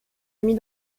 amis